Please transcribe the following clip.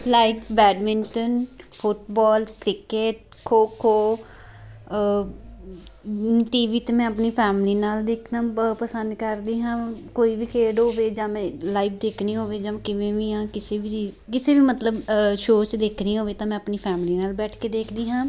like badminton football cricket kho kho TV 'ਤੇ ਮੈਂ ਆਪਣੀ ਫੈਮਲੀ ਨਾਲ ਦੇਖਣਾ ਬਹੁਤ ਪਸੰਦ ਕਰਦੀ ਹਾਂ ਕੋਈ ਵੀ ਖੇਡ ਹੋਵੇ ਜਾਂ ਮੈਂ ਲਾਈਵ ਦੇਖਣੀ ਹੋਵੇ ਜਾਂ ਕਿਵੇਂ ਵੀ ਆ ਕਿਸੇ ਵੀ ਚੀਜ਼ ਕਿਸੇ ਵੀ ਮਤਲਬ ਸ਼ੋਅ 'ਚ ਦੇਖਣੀ ਹੋਵੇ ਤਾਂ ਮੈਂ ਆਪਣੀ ਫੈਮਲੀ ਨਾਲ ਬੈਠ ਕੇ ਦੇਖਦੀ ਹਾਂ